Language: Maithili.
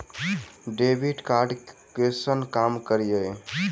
डेबिट कार्ड कैसन काम करेया?